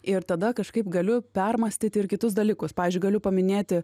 ir tada kažkaip galiu permąstyti ir kitus dalykus pavyzdžiui galiu paminėti